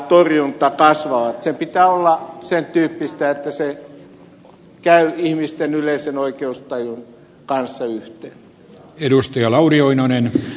sen pitää olla sen tyyppistä että se käy ihmisten yleisen oikeustajun kanssa yhteen